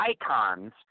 icons